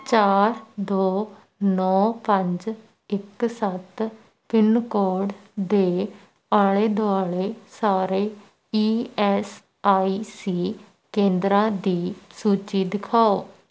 ਚਾਰ ਦੋ ਨੌਂ ਪੰਜ ਇੱਕ ਸੱਤ ਪਿੰਨ ਕੋਡ ਦੇ ਆਲੇ ਦੁਆਲੇ ਸਾਰੇ ਈ ਐੱਸ ਆਈ ਸੀ ਕੇਂਦਰਾਂ ਦੀ ਸੂਚੀ ਦਿਖਾਓ